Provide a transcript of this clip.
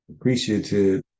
appreciative